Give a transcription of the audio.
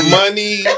money